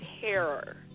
terror